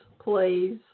please